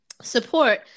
Support